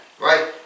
Right